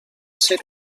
ser